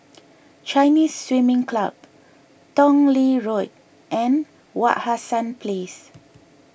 Chinese Swimming Club Tong Lee Road and Wak Hassan Place